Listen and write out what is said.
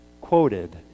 quoted